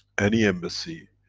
any embassy,